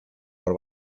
por